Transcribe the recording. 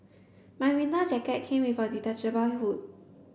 my winter jacket came with a detachable hood